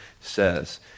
says